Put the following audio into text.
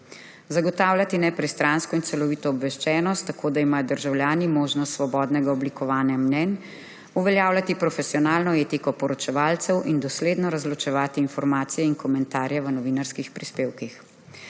zagotavljati nepristransko in celovito obveščenost tako, da imajo državljani možnost svobodnega oblikovanja mnenj; uveljavljati profesionalno etiko poročevalcev in dosledno razločevati informacije in komentarje v novinarskih prispevkih.